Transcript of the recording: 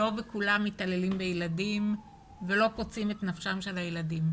לא בכולם מתעללים בילדים ולא פוצעים את נפשם של הילדים.